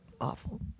awful